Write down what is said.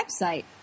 website